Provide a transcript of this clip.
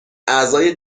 اعضای